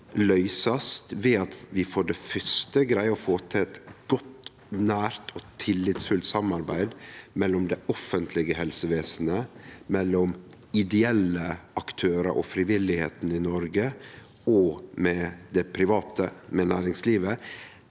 løysast ved at vi for det fyrste greier å få til eit godt, nært og tillitsfullt samarbeid mellom det offentlege helsevesenet, ideelle aktørar og frivilligheita i Noreg og det private næringslivet.